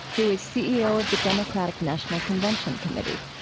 who is ceo of the democratic national convention committee.